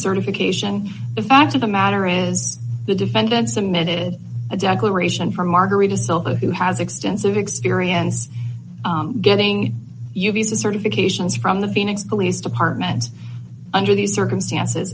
certification the fact of the matter is the defendant submitted a declaration from margarita zavala who has extensive experience getting your visa certifications from the phoenix police department under these circumstances